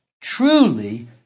truly